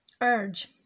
urge